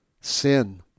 Sin